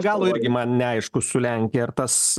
galo irgi man neaišku su lenkija ar tas